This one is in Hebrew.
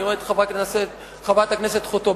אני רואה את חברת הכנסת חוטובלי,